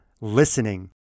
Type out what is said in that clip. listening